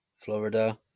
Florida